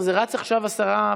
אני יכול להתחיל להפעיל את השעון?